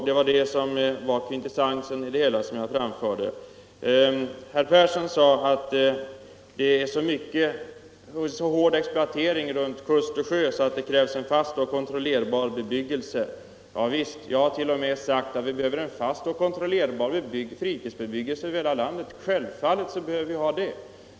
Detta var kvintessensen i det förslag som jag framförde. Herr Persson i Karlstad sade att exploateringen vid kust och sjö är så hård att det krävs en fast och kontrollerbar bebyggelse där. Javisst! Jag har t.o.m. sagt att vi behöver en fast och kontrollerbar fritidsbebyggelse över hela landet; självfallet behöver vi ha det!